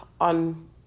on